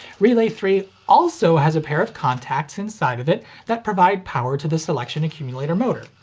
relay three also has a pair of contacts inside of it that provide power to the selection accumulator motor.